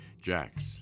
Jack's